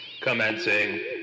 commencing